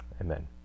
Amen